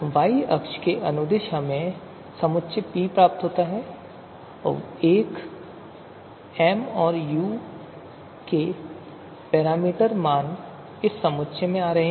y अक्ष के अनुदिश हमें समुच्चय P प्राप्त होता है जहाँ l m और u के ये पैरामीटर मान इस समुच्चय से आ रहे हैं